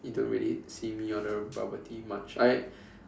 you don't really see me order bubble tea much I